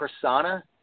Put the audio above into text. persona